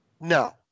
no